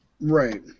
Right